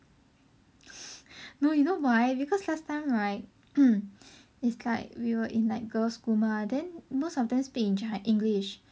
no you know why because last time right is like we were like in like girls school mah then most of them speak in chi~ english